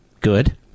good